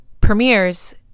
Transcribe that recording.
premieres